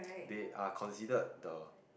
they are considered the